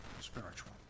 spiritual